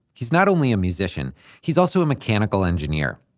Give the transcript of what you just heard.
he's not only a musician he's also a mechanical engineer.